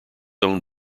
own